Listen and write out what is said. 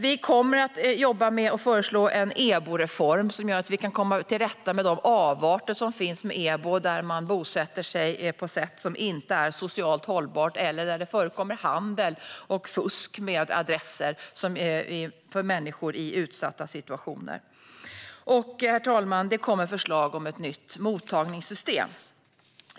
Vi kommer att jobba med och föreslå en EBO-reform, som gör att vi kan komma till rätta med de avarter som finns med EBO, där man bosätter sig på sätt som inte är socialt hållbart eller där det förekommer handel och fusk med adresser för människor i utsatta situationer. Herr talman! Det kommer också förslag om ett nytt mottagningssystem.